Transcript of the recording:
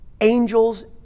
Angels